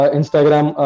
Instagram